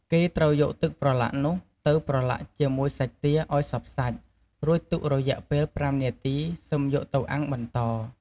គេត្រូវយកទឹកប្រឡាក់នោះទៅប្រឡាក់ជាមួយសាច់ទាឱ្យសព្វសាច់ រួចទុករយៈពេល៥នាទីសឹមយកទៅអាំងបន្ត។